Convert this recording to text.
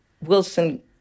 Wilson